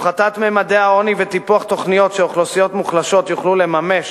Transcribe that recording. הפחתת ממדי העוני וטיפוח תוכניות שאוכלוסיות מוחלשות יוכלו לממש